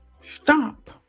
stop